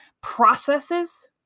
processes